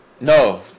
No